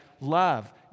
love